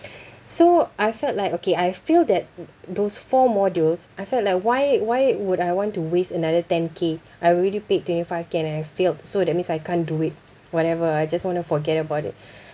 so I felt like okay I feel that those four modules I felt like why why would I want to waste another ten K I already paid twenty-five K and then I failed so that means I can't do it whatever I just wanna forget about it